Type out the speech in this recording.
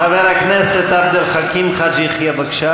חברי הכנסת שלכם עולים להר-הבית כדי להתסיס,